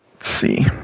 see